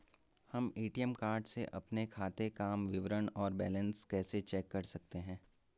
हम ATM card से अपने खाते काम विवरण और बैलेंस कैसे चेक कर सकते हैं?